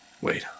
Wait